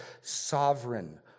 sovereign